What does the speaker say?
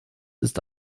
ist